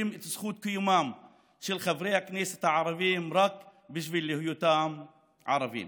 את זכות קיומם של חברי הכנסת הערבים רק בשל היותם ערבים.